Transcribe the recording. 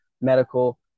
medical